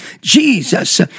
jesus